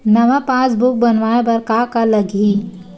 नवा पासबुक बनवाय बर का का लगही?